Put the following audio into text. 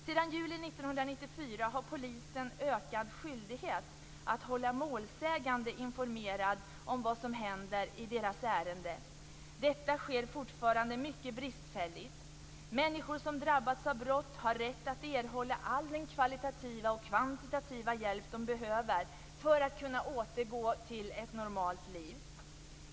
Sedan juli 1994 har polisen ökad skyldighet att hålla målsägande informerad om vad som händer i deras ärende. Detta sker fortfarande mycket bristfälligt. Människor som drabbats av brott har rätt att erhålla all den kvalitativa och kvantitativa hjälp de behöver för att kunna återgå till ett normalt liv.